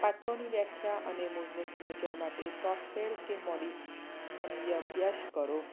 પાત્રોની વ્યાખ્યા અને મૂળને સમજવા માટે સોફ્ટવેર કે માનવીય અભ્યાસ કરો